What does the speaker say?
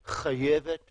ולכן, חשבנו וזו הבשורה